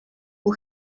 who